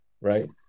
Right